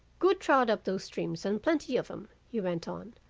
good trout up those streams and plenty of them he went on.